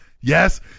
yes